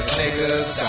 niggas